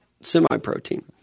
semi-protein